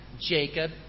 Jacob